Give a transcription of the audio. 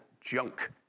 junk